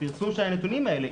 פרסום של הנתונים האלה,